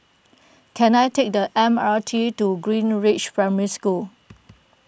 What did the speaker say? can I take the M R T to Greenridge Primary School